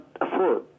afford